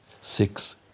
Six